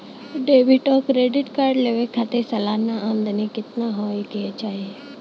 Debit और credit card लेवे के खातिर सलाना आमदनी कितना हो ये के चाही?